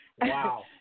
Wow